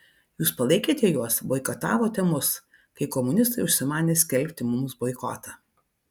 jūs palaikėte juos boikotavote mus kai komunistai užsimanė skelbti mums boikotą